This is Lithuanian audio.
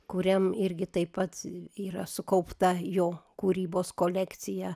kuriam irgi taip pat yra sukaupta jo kūrybos kolekcija